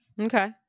Okay